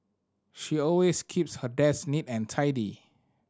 she always keeps her desk neat and tidy